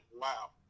Wow